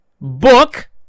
book